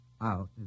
out